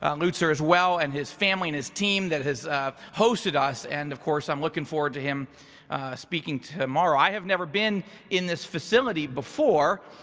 ah lutzer as well and his family and his team that has hosted us. and of course, i'm looking forward to him speaking tomorrow. i have never been in this facility before,